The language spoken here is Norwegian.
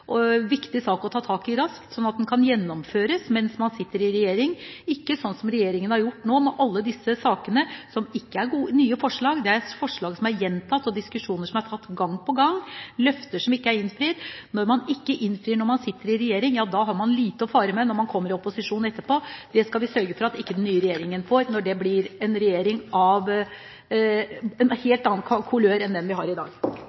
viktig sak å ta tak i raskt, slik at den kan gjennomføres mens man sitter i regjering, og ikke slik som regjeringen nå har gjort med alle disse sakene, som ikke er nye forslag. Det er forslag som er gjentatt, diskusjoner vi har hatt gang på gang, og løfter som ikke er innfridd. Når man ikke innfrir når man sitter i regjering, har man lite å fare med når man kommer i opposisjon etterpå. Det skal vi sørge for at den nye regjeringen gjør, når det blir en regjering med en helt annen kulør enn den vi har i dag.